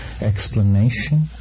explanation